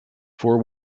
four